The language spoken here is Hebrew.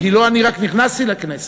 בגילו אני רק נכנסתי לכנסת.